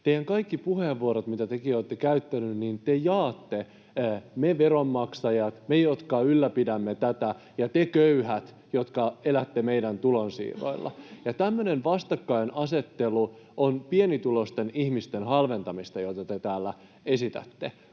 Teidän kaikissa puheenvuoroissanne, mitä tekin olette käyttäneet, te jaatte ihmiset meihin veronmaksajiin, meihin, jotka ylläpidämme tätä, ja teihin köyhiin, jotka elätte meidän tulonsiirroilla. Tämmöinen vastakkainasettelu on pienituloisten ihmisten halventamista, jota te täällä esitätte.